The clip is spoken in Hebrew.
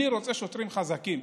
אני רוצה שוטרים חזקים,